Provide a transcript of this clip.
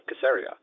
Caesarea